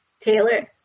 Taylor